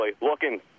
looking